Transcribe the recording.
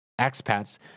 expats